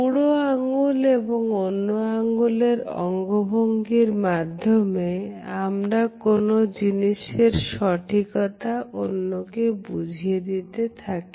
বুড়ো আঙুল এবং অন্য আঙ্গুলের অঙ্গভঙ্গি মাধ্যমে আমরা কোন জিনিসের সঠিকতা অন্যকে বুঝিয়ে দিয়ে থাকি